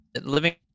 living